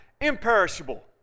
imperishable